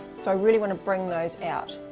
so i really want to bring those out.